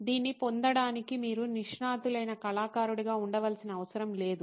దీన్ని పొందడానికి మీరు నిష్ణాతులైన కళాకారుడిగా ఉండవలసిన అవసరం లేదు